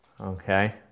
okay